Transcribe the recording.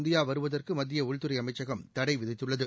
India வருவதற்கு மத்திய உள்துறை அமைச்சகம் தடை விதித்துள்ளது